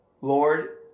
Lord